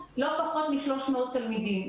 פחות מ-300 תלמידים.